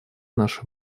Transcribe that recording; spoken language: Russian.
наша